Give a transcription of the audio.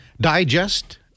digest